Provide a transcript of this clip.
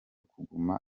kuguma